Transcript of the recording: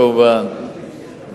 כמובן,